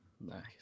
nice